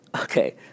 Okay